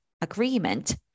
agreement